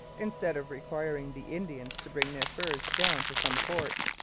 instead of requiring the indians to bring their furs down to some fort,